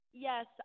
Yes